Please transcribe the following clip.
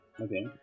Okay